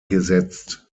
gesetzt